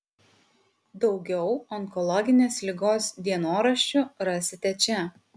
daugiau onkologinės ligos dienoraščių rasite čia